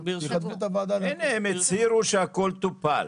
הינה, הם הצהירו שהכל טופל,